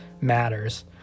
matters